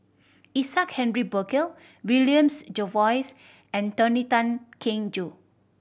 Isaac Henry Burkill William Jervois and Tony Tan Keng Joo